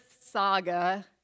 saga